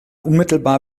unmittelbar